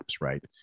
right